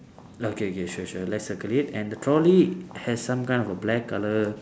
uh K K sure sure let's circle it and the trolley has some kind of a black colour